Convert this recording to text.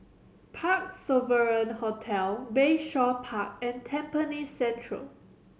Parc Sovereign Hotel Bayshore Park and Tampines Central